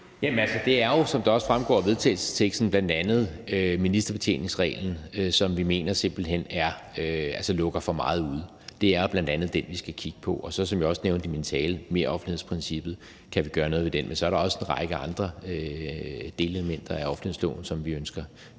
Jørgensen (V): Det er jo, som det også fremgår af vedtagelsesteksten, bl.a. ministerbetjeningsreglen, som vi mener simpelt hen lukker for meget ude. Det er bl.a. den, vi skal kigge på. Og som jeg også nævnte i min tale, er det meroffentlighedsprincippet, og om vi kan gøre noget her. Så er der også en række andre delelementer i offentlighedsloven, som vi ønsker